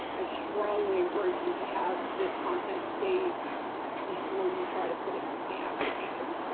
i strongly encourage you to have this content saved before you try to put it into the application.